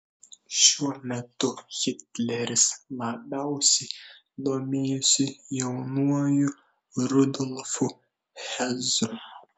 šiuo metu hitleris labiausiai domėjosi jaunuoju rudolfu hesu